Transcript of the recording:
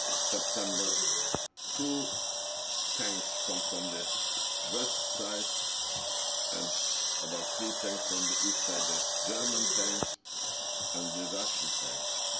september two tanks come from the west side and about three tanks from the east side. the german tanks and the russian tanks.